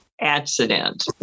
accident